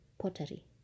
pottery